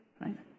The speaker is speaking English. right